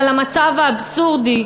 אבל המצב האבסורדי,